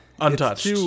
Untouched